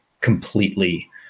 completely